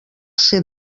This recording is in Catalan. ser